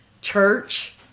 church